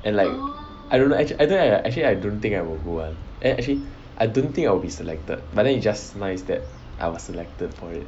and like I don't know I don't have err actually I don't think I will go one actually I don't think I will be selected but then it's just nice that I was selected for it